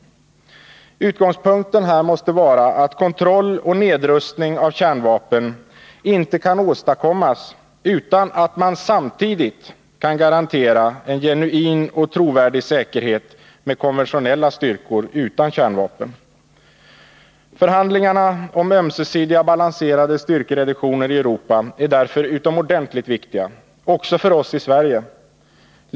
Utgångspunkten måste vara att kontroll och nedrustning av kärnvapen inte kan åstadkommas utan att man samtidigt kan garantera en genuin och trovärdig säkerhet med konventionella styrkor utan kärnvapen. Förhandlingarna om ömsesidiga balanserade styrkereduktioner i Europa är därför utomordentligt viktiga, också för oss i Sverige.